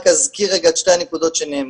אני רק אזכיר רק את שתי הנקודות שנאמרו.